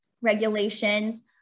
regulations